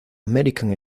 american